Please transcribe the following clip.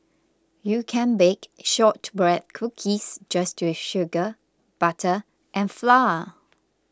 you can bake Shortbread Cookies just with sugar butter and flour